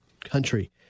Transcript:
country